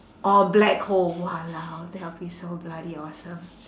or a black hole !walao! that'll be so bloody awesome